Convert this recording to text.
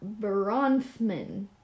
Bronfman